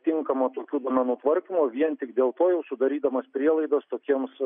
tinkamo tokių duomenų tvarkymo vien tik dėl to jau sudarydamas prielaidas tokiems